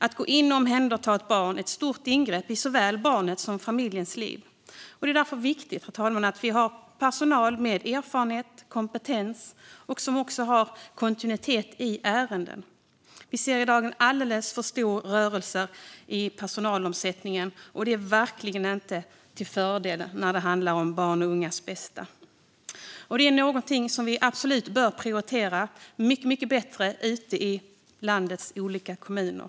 Att gå in och omhänderta ett barn är ett stort ingrepp i såväl barnets som familjens liv. Det är därför viktigt, herr talman, att vi har personal med erfarenhet och kompetens som har kontinuitet i ärenden. Vi ser i dag en alldeles för stor personalomsättning, och det är verkligen inte till fördel när det handlar om barns och ungas bästa. Detta är någonting som absolut bör prioriteras mycket bättre ute i landets olika kommuner.